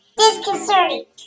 disconcerting